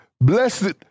Blessed